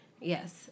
Yes